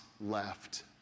left